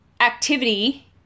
activity